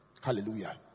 hallelujah